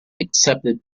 accepted